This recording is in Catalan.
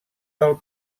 del